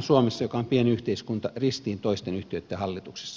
suomessa joka on pieni yhteiskunta istutaan ristiin toisten yhtiöitten hallituksissa